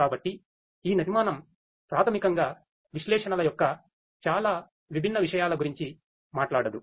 కాబట్టి ఈ నిర్మాణం ప్రాథమికంగా విశ్లేషణల యొక్క చాలా విభిన్న విషయాల గురించి మాట్లాడదు